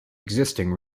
existing